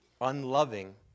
unloving